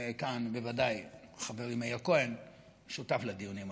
וכאן ודאי חברי מאיר כהן שותף לדיונים הללו.